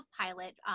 pilot